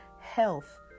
health